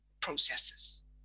processes